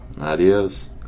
Adios